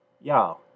Y'all